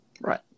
Right